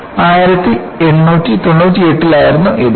1898 ലായിരുന്നു അത്